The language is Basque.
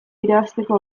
irabazteko